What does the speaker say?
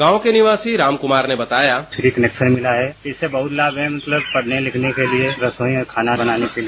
गांव के निवासी रामकुमार ने बताया फ्री कनेक्शन मिला है इससे बहुत लाभ है मतलब पढ़ने लिखने के लिए रसोई में खाना बनाने के लिए